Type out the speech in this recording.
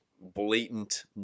blatant